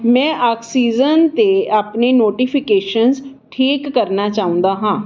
ਮੈਂ ਆਕਸੀਜਨ 'ਤੇ ਆਪਣੇ ਨੋਟੀਫਿਕੇਸ਼ਨਸ ਠੀਕ ਕਰਨਾ ਚਾਹੁੰਦਾ ਹਾਂ